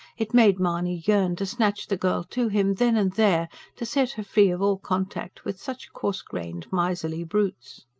it made mahony yearn to snatch the girl to him, then and there to set her free of all contact with such coarse-grained, miserly brutes.